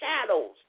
shadows